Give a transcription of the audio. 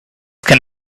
can